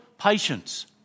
patience